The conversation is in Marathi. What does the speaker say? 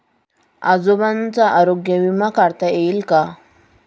आजोबांचा आरोग्य विमा काढता येईल का?